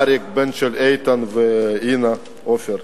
אריק, בנם של איתן ואינה עופר.